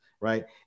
right